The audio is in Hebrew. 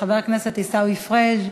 חבר הכנסת עיסאווי פריג',